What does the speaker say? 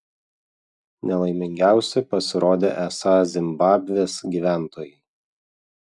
nelaimingiausi pasirodė esą zimbabvės gyventojai